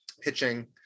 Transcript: pitching